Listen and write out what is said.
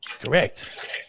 Correct